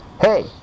Hey